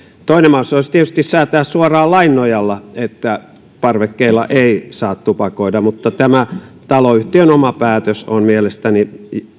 toinen mahdollisuus olisi tietysti säätää suoraan lain nojalla että parvekkeilla ei saa tupakoida mutta tämä taloyhtiön oma päätös on mielestäni